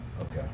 okay